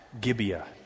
Gibeah